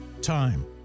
Time